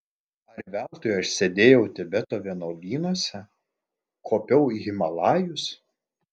ar veltui aš sėdėjau tibeto vienuolynuose kopiau į himalajus